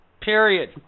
Period